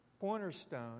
cornerstone